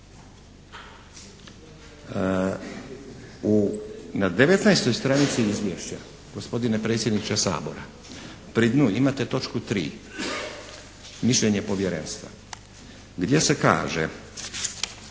Na 19. stranici, gospodine predsjedniče Sabora, pri dnu imate točku 3. – mišljenje Povjerenstva, gdje se kaže